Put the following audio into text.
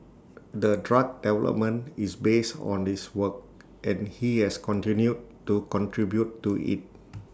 the drug development is based on his work and he has continued to contribute to IT